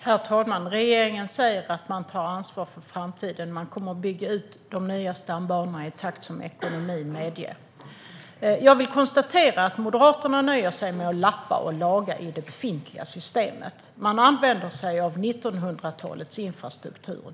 Herr talman! Regeringen säger att man tar ansvar för framtiden. Man kommer att bygga ut de nya stambanorna i den takt som ekonomin medger. Jag vill konstatera att Moderaterna nöjer sig med att lappa och laga i det befintliga systemet. Man använder 1900-talets infrastruktur.